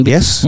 Yes